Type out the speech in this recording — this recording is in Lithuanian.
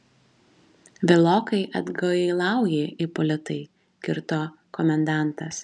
vėlokai atgailauji ipolitai kirto komendantas